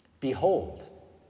Behold